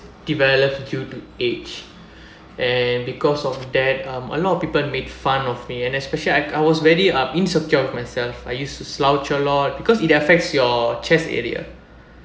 developed due to age and because of that um a lot of people made fun of me and especially I I was very uh insecure of myself I used to slouch a lot because it affects your chest area